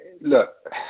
look